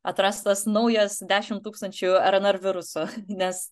atrastas naujas dešim tūkstančių rnr virusų nes